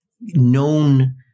known